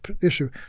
issue